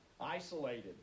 Isolated